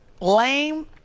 lame